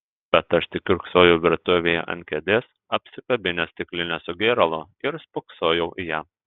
bet aš tik kiurksojau virtuvėje ant kėdės apsikabinęs stiklinę su gėralu ir spoksojau į ją